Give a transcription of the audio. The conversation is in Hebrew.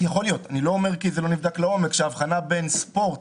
אני לא אומר כי זה לא נבדק לעומק - שההבחנה בין ספורט